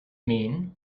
mean